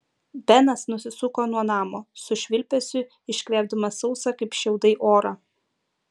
benas nusisuko nuo namo su švilpesiu iškvėpdamas sausą kaip šiaudai orą